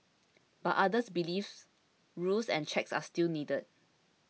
but others believes rules and checks are still needed